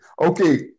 Okay